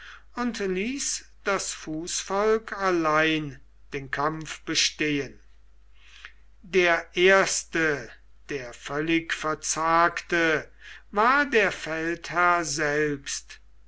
und ließ das fußvolk allein den kampf bestehen der erste der völlig verzagte war der feldherr selbst